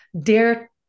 dare